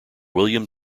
william